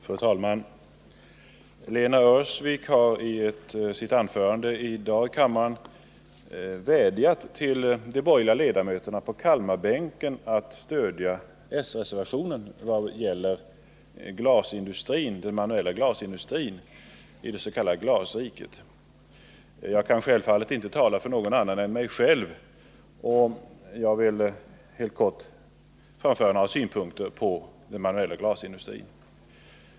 Fru talman! Lena Öhrsvik har i sitt anförande här i kammaren i dag vädjat till de borgerliga ledamöterna på Kalmarbänken att stödja s-reservationen som gäller den manuella glasindustrin i det s.k. glasriket. Jag kan självfallet inte tala för någon annan än mig själv, och jag vill helt kort framföra några synpunkter på den manuella glasindustrin.